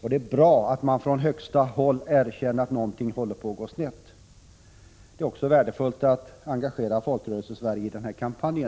Det är bra att man från högsta håll erkänner att något håller på att gå snett. Det är också värdefullt att engagera Folkrörelsesverige i denna kampanj.